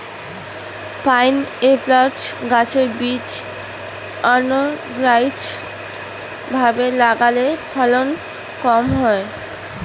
pineapple গাছের বীজ unorganised ভাবে লাগালে ফলন কম হয়